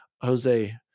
Jose